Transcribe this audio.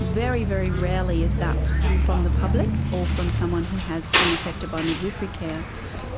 very, very rarely is that from the public or from someone who has been affected by midwifery care